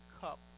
cup